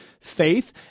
faith